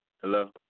Hello